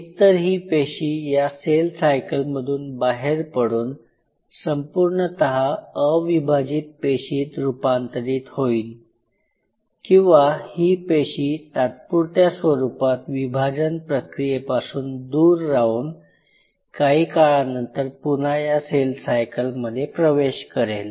एक तर ही पेशी या सेल सायकल मधून बाहेर पडून संपूर्णत अविभाजित पेशीत रुपांतरीत होईल किंवा ही पेशी तात्पुरत्या स्वरूपात विभाजन प्रक्रियेपासून दूर राहून काही काळानंतर पुन्हा या सेल सायकलमध्ये प्रवेश करेल